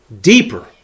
deeper